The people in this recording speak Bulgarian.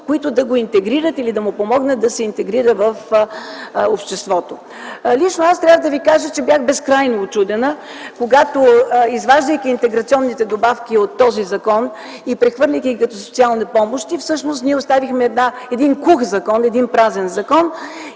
които да го интегрират или да му помогнат да се интегрира в обществото. Трябва да ви кажа, че лично аз бях безкрайно учудена, изваждайки интеграционните добавки от този закон и прехвърляйки ги като социални помощи, ние оставихме един кух закон, празен закон.